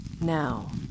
Now